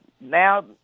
now